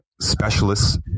specialists